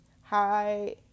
Hi